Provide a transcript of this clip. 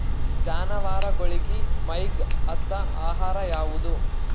ಜಾನವಾರಗೊಳಿಗಿ ಮೈಗ್ ಹತ್ತ ಆಹಾರ ಯಾವುದು?